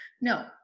No